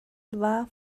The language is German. war